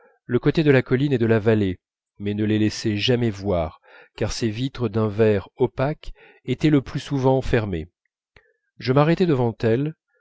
le côté de la colline et de la vallée mais ne les laissait jamais voir car ses vitres d'un verre opaque étaient le plus souvent fermées je m'arrêtai devant elle